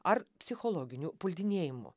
ar psichologinių puldinėjimų